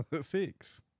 Six